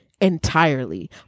entirely